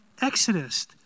Exodus